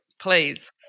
Please